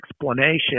explanation